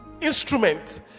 instruments